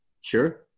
Sure